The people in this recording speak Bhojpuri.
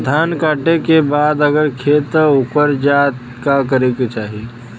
धान कांटेके बाद अगर खेत उकर जात का करे के चाही?